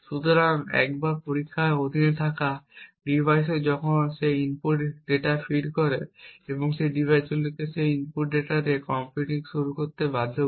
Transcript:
সুতরাং একবার পরীক্ষার অধীনে থাকা ডিভাইসে যখন সে ইনপুট ডেটা ফিড করে এবং সেই ডিভাইসটিকে সেই ইনপুট ডেটাতে কম্পিউটিং শুরু করতে বাধ্য করে